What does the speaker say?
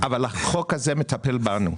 אבל החוק הזה מטפל בנו,